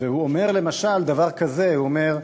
והוא אומר למשל דבר כזה, הוא אומר: